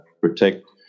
protect